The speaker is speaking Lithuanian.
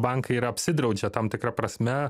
bankai ir apsidraudžia tam tikra prasme